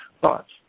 thoughts